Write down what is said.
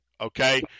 Okay